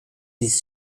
these